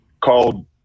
called